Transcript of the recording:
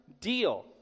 deal